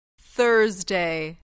Thursday